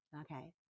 Okay